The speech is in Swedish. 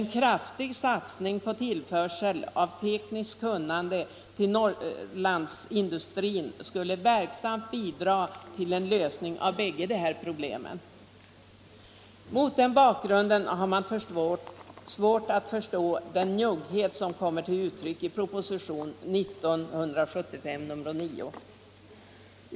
En kraftig satsning på tillförsel av tekniskt kunnande till Norrlandsindustrin skulle verksamt bidraga till en lösning av bägge dessa problem. Mot den bakgrunden har man svårt att förstå den njugghet som kommer till uttryck i propositionen nr 9.